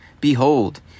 Behold